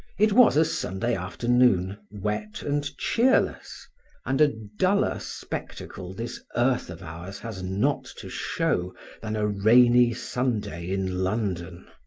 it was a sunday afternoon, wet and cheerless and a duller spectacle this earth of ours has not to show than a rainy sunday in london.